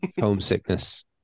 homesickness